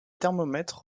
thermomètre